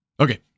Okay